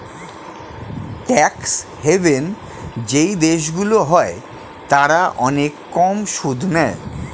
tax haven যেই দেশগুলো হয় তারা অনেক কম সুদ নেয়